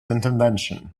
intervention